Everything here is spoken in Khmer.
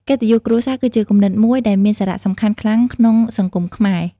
កិត្តិយសគ្រួសារគឺជាគំនិតមួយដែលមានសារៈសំខាន់ខ្លាំងក្នុងសង្គមខ្មែរ។